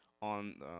on